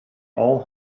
all